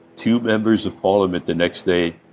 two members of parliament, the next day,